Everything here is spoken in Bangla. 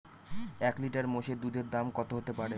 এক লিটার মোষের দুধের দাম কত হতেপারে?